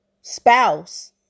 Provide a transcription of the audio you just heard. Spouse